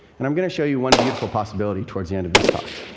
and i'm going to show you one beautiful possibility towards the end of this talk.